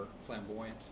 flamboyant